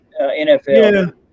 NFL